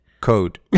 Code